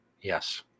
Yes